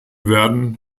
werden